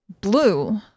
blue